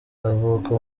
avuka